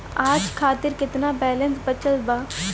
आज खातिर केतना बैलैंस बचल बा?